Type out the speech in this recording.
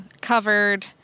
covered